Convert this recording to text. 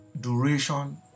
duration